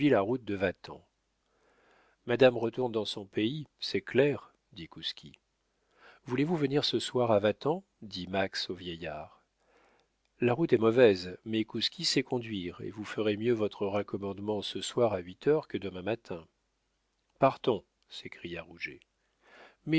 la route de vatan madame retourne dans son pays c'est clair dit kouski voulez-vous venir ce soir à vatan dit max au vieillard la route est mauvaise mais kouski sait conduire et vous ferez mieux votre raccommodement ce soir à huit heures que demain matin partons s'écria